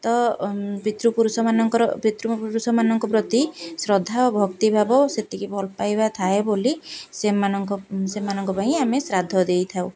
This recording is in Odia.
ତ ପିତୃପୁରୁଷମାନଙ୍କର ପିତୃପୁରୁଷମାନଙ୍କ ପ୍ରତି ଶ୍ରଦ୍ଧା ଭକ୍ତିଭାବ ସେତିକି ଭଲ ପାଇବା ଥାଏ ବୋଲି ସେମାନଙ୍କ ସେମାନଙ୍କ ପାଇଁ ଆମେ ଶ୍ରାଦ୍ଧ ଦେଇଥାଉ